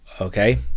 okay